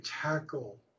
tackle